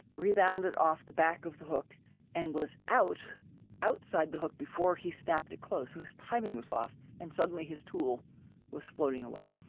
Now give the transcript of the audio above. rebounded off the back of the hook and was out outside the hook before he stepped close, so his timing was off. and suddenly, his tool was floating away.